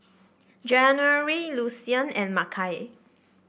January Lucien and Makai